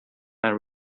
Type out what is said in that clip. and